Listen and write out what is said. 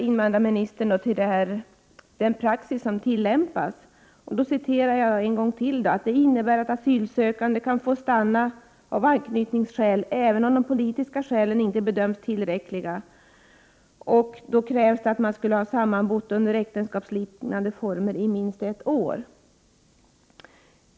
Invandrarministern hänvisar till den praxis som tillämpas och säger: ”Detta innebär att en asylsökande kan få stanna av anknytningsskäl även om de politiska skälen inte bedöms tillräckliga ———.” Då krävs att man skall ha sammanbott under äktenskapsliknande former under minst ett år.